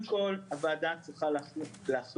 אני אסכם ואומר שהוועדה צריכה להחליט